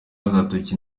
agatoki